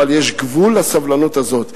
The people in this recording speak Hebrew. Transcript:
אבל יש גבול לסבלנות הזאת.